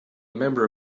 member